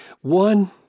One